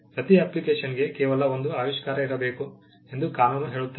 ಪ್ರತಿ ಅಪ್ಲಿಕೇಶನ್ಗೆ ಕೇವಲ ಒಂದು ಆವಿಷ್ಕಾರ ಇರಬೇಕು ಎಂದು ಕಾನೂನು ಹೇಳುತ್ತದೆ